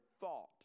thought